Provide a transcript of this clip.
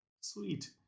Sweet